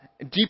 deep